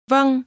Vâng